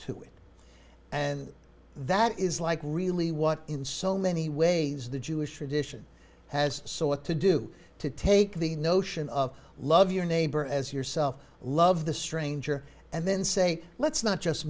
to it and that is like really what in so many ways the jewish tradition has sought to do to take the notion of love your neighbor as yourself love the stranger and then say let's not just